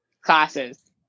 classes